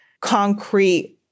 concrete